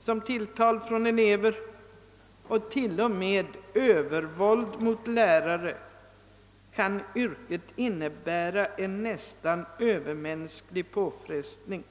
som tilltal från elever och till och med övervåld mot lärare — kan yrket innebära en nästan Öövermänsklig påfrestning.